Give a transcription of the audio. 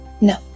No